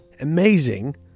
amazing